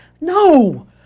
No